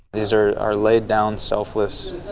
these are are laid-down, selfless,